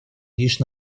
лишь